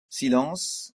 silence